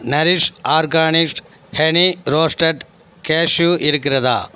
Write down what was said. nourish Organics honey roasted cashew இருக்கிறதா